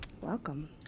welcome